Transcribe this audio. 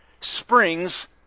springs